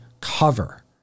cover